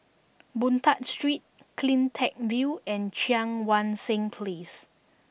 Boon Tat Street Cleantech View and Cheang Wan Seng Place